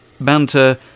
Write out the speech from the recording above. Banter